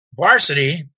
varsity